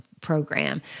program